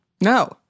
No